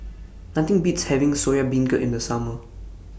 Nothing Beats having Soya Beancurd in The Summer